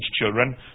children